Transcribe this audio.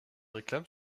réclame